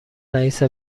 رئیس